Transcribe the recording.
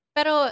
Pero